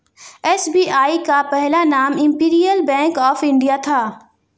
SBI का पहला नाम इम्पीरीअल बैंक ऑफ इंडिया था